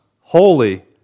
holy